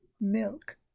milk